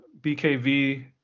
BKV